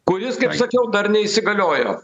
kuris sakiau dar neįsigaliojo